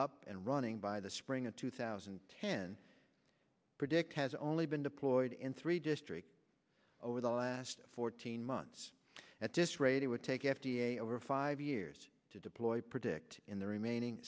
up and running by the spring of two thousand and ten predict has only been deployed in three districts over the last fourteen months at this rate it would take f d a over five years to deploy predict in the remaining